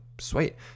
Sweet